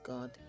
God